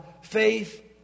faith